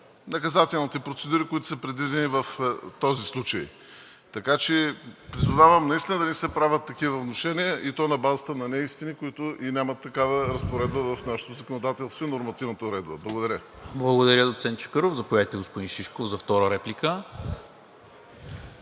наказателните процедури, които са предвидени в този случай. Призовавам наистина да не се правят такива внушения, и то на базата на неистини, които и нямат такава разпоредба в нашето законодателство и нормативната уредба. Благодаря. ПРЕДСЕДАТЕЛ НИКОЛА МИНЧЕВ: Благодаря, доцент Чакъров. Заповядайте, господин Шишков, за втора реплика.